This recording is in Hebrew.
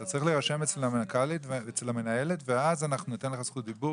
אתה צריך להירשם אצל המנהלת ואז ניתן לך זכות דיבור.